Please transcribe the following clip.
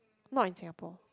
not in Singapore